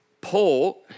Paul